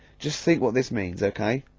just think what this means, ok.